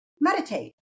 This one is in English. meditate